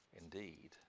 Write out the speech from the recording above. indeed